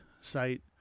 site